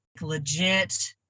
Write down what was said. legit